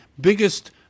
biggest